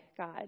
God